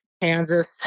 Kansas